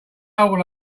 all